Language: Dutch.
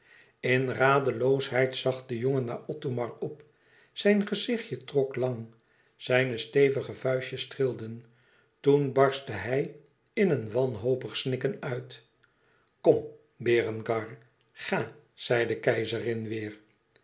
in radeloosheid zag de jongen naar othomar op zijn gezichtje trok lang zijne stevige vuistjes trilden toen barstte hij in een wanhopig snikken uit kom berengar ga zei de keizerin weêr